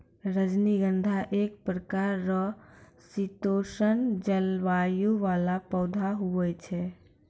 रजनीगंधा एक प्रकार रो शीतोष्ण जलवायु वाला पौधा हुवै छै